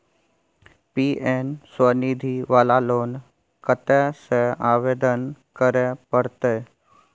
PM Svanidhi वाला loan कत्ते से आवेदन करे परतै?